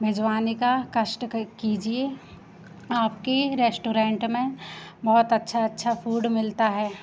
भिजवाने का कष्ट कीजिए आपके रेश्टोरेंट में बहुत अच्छा अच्छा फ़ूड मिलता है